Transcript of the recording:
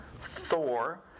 Thor